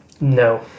No